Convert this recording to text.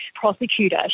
prosecutor